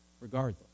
regardless